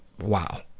wow